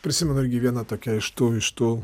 prisimenu irgi viena tokia iš tų iš tų